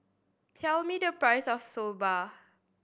tell me the price of Soba